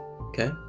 Okay